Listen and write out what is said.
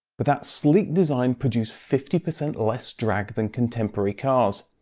but that sleek design produced fifty percent less drag than contemporary cars.